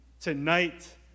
Tonight